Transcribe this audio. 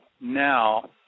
now